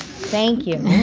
thank you.